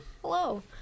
Hello